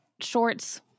shorts